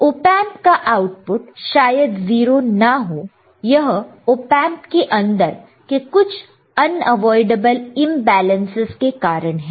op amp का output शायद 0 ना हो यह ओपेंप के अंदर के कुछ अनअवॉइडेबल इंबैलेंसस के कारण है